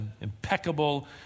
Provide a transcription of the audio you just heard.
impeccable